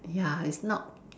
ya it's not